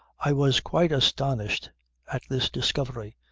i was quite astonished at this discovery,